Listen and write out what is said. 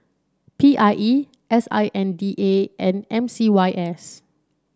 P I E S I N D A and M C Y S